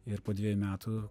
ir po dvejų metų